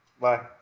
Bye